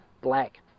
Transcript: black